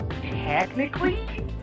technically